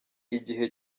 igihe